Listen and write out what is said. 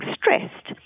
stressed